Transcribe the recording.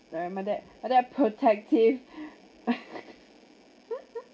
I remember my dad that protective